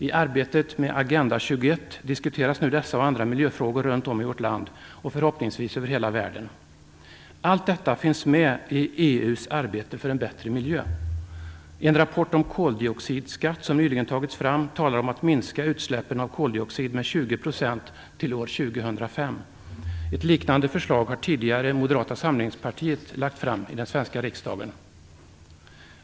I arbetet med Agenda 21 diskuteras nu dessa och andra miljöfrågor runt om i vårt land och, förhoppningsvis, över hela världen. Allt detta finns med i EU:s arbete för en bättre miljö. I en rapport om koldioxidskatt som nyligen tagits fram talar man om att minska koldioxidutsläppen med 20 % fram till år 2005. Ett liknande förslag har Moderata samlingspartiet tidigare lagt fram i den svenska riksdagen.